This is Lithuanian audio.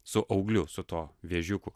su augliu su tuo vėžiuku